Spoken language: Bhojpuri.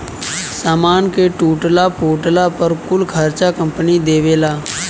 सामान के टूटला फूटला पर कुल खर्चा कंपनी देवेला